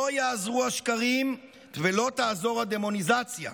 לא יעזרו השקרים ולא תעזור הדמוניזציה.